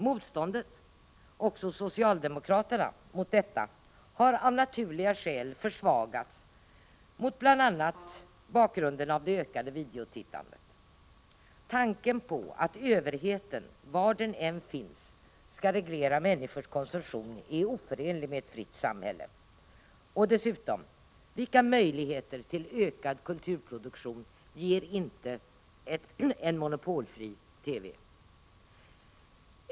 Motståndet, också hos socialdemokraterna, mot detta har av naturliga skäl försvagats, bl.a. mot bakgrund av det ökade videotittandet. Tanken på att överheten, var den än finns, skall reglera människors konsumtion är oförenlig med ett fritt samhälle. Och dessutom: Vilka möjligheter till ökad kulturproduktion ger inte en monopolfri TV?